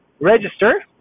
register